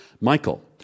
Michael